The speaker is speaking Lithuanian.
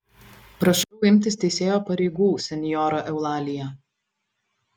prašau imtis teisėjo pareigų senjora eulalija